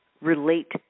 relate